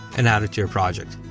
and add it to your project.